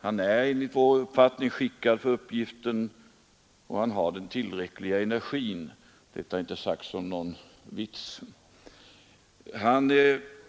Han är enligt vår uppfattning skickad för uppgiften, och han har den tillräckliga energin — detta inte sagt som någon vits.